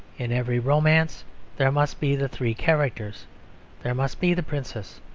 in every romance there must be the three characters there must be the princess,